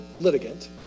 litigant